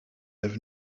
have